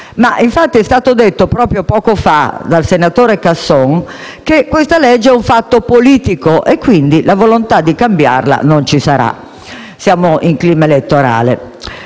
Ma è stato detto, proprio poco fa, dal senatore Casson, che questa legge è un fatto politico, quindi la volontà di cambiarla non ci sarà: siamo in clima elettorale.